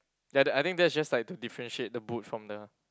I think I think that's just like to differentiate the boot from the